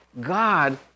God